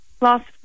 last